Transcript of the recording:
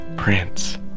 Prince